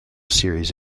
series